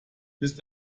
bist